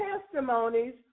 testimonies